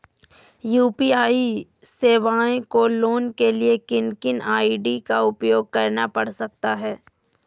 UPI सेवाएं को लाने के लिए किन किन आई.डी का उपयोग करना पड़ सकता है?